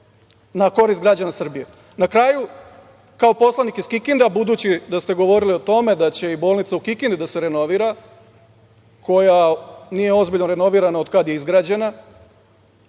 na korist građana Srbije. Na kraju, kao poslanik iz Kikinde, a budući da ste govorili o tome da će i bolnica u Kikindi da se renovira, koja nije ozbiljno renovirana od kada je izgrađena,